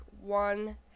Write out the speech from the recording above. one